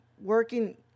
working